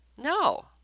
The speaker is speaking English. No